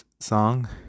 song